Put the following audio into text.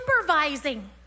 supervising